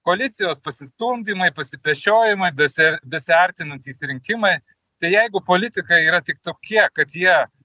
koalicijos pasistumdymai pasipešiojimui besi besiartinantys rinkimai tai jeigu politikai yra tik tokie kad jie